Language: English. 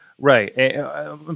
right